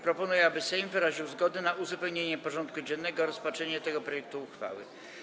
Proponuję, aby Sejm wyraził zgodę na uzupełnienie porządku dziennego o rozpatrzenie tego projektu uchwały.